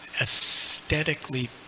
aesthetically